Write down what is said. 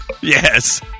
Yes